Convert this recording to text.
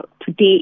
today